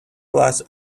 class